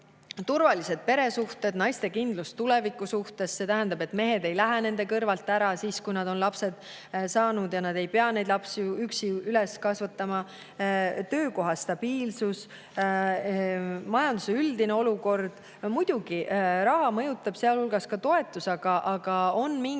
turvalised peresuhted; naise kindlus tuleviku suhtes, mis tähendab, et mees ei kao tema kõrvalt ära siis, kui naine on lapse saanud, ja naine ei pea last üksi üles kasvatama; töökoha stabiilsus, majanduse üldine olukord. Muidugi, raha mõjutab, sealhulgas mõjutavad toetused, aga on mingi